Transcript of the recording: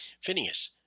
Phineas